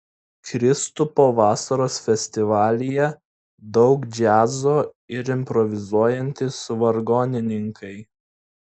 kristupo vasaros festivalyje daug džiazo ir improvizuojantys vargonininkai